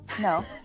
No